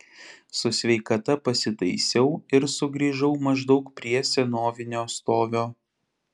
su sveikata pasitaisiau ir sugrįžau maždaug prie senovinio stovio